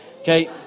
Okay